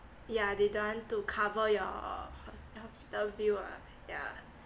yeah they don't want to cover your hospital bill ah yeah